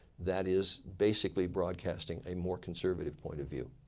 that is basically broadcasting a more conservative point of view.